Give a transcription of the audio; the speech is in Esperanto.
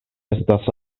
estas